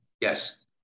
Yes